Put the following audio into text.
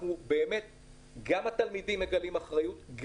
התלמידים וההורים מגלים אחריות.